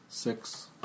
Six